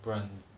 不然